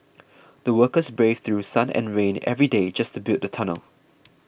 the workers braved through sun and rain every day just to build the tunnel